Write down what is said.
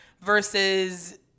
versus